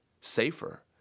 safer